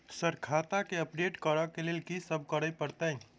Sir खाता केँ update करऽ लेल की सब करै परतै?